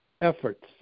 efforts